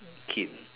kid